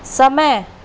समय